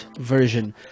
version